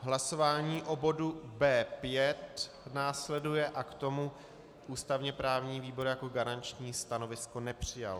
Hlasování o bodu B5 následuje a k tomu ústavněprávní výbor jako garanční stanovisko nepřijal.